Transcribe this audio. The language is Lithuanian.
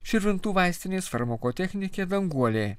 širvintų vaistinės farmakotechnikė danguolė